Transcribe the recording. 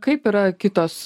kaip yra kitos